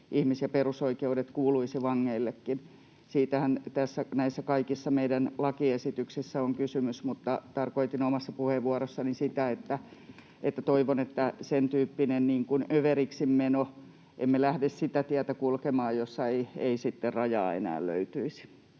ihmis- ja perusoikeudet kuuluisi vangeillekin. Siitähän näissä kaikissa meidän lakiesityksissä on kysymys. Mutta tarkoitin omassa puheenvuorossani sitä, että toivon sen tyyppisestä överiksi menosta, että emme lähde kulkemaan sitä tietä, jossa ei sitten rajaa enää löytyisi.